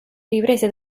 riprese